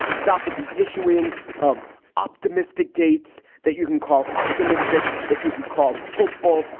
stop with the issuing of optimistic dates that you can call optimistic that you could call hopeful.